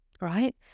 right